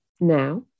now